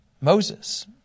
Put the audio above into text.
Moses